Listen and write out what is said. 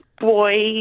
boy